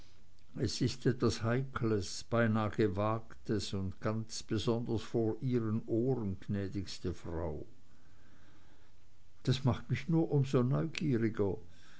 es ist etwas heikles beinah gewagtes und ganz besonders vor ihren ohren gnädigste frau das macht mich nur um so neugieriger